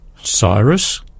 Cyrus